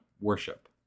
worship